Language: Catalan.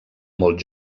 molt